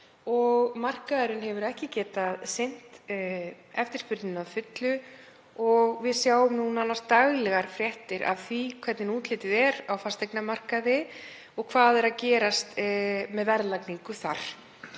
og markaðurinn hefur ekki getað sinnt eftirspurninni að fullu. Við sjáum nánast daglegar fréttir af því hvernig útlitið er á fasteignamarkaði og hvað er að gerast með verðlagningu þar.